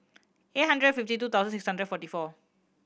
eight hundred fifty two thousand six hundred forty four